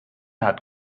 hat